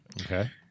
Okay